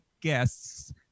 guests